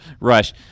rush